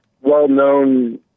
well-known